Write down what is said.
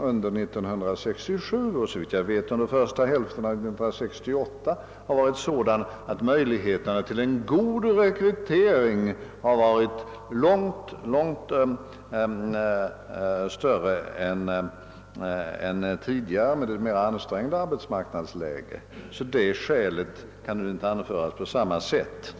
under år 1967 och, såvitt jag vet, under första hälften av år 1968 varit sådan att möjligheterna till en god rekrytering har varit långt större än tidigare med ett mera ansträngt arbetsmarknadsläge. Det skälet kan alltså nu inte anföras på samma sätt.